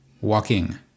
walking